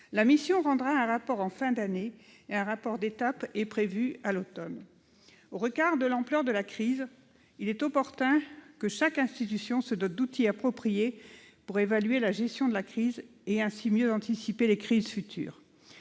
La mission rendra un rapport en fin d'année ; un rapport d'étape est prévu à l'automne. Au regard de l'ampleur de la crise, il est opportun que chaque institution se dote d'outils appropriés pour évaluer la gestion de celle-ci et ainsi mieux anticiper les crises futures.